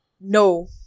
no